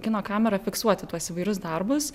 kino kamera fiksuoti tuos įvairius darbus